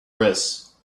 wrists